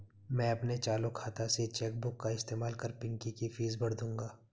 मैं अपने चालू खाता से चेक बुक का इस्तेमाल कर पिंकी की फीस भर दूंगा